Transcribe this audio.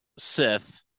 Sith